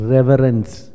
Reverence